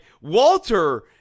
Walter